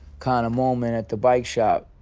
kind of moment at the bike shop.